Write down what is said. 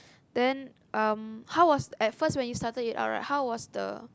then um how was at first when you started it out right how was the